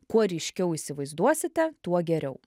kuo ryškiau įsivaizduosite tuo geriau